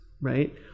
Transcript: right